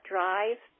Drive